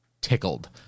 tickled